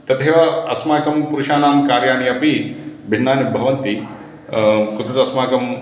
तथैव अस्माकं पुरुषाणां कार्याणि अपि भिन्नानि भवन्ति कुत्र अस्माकं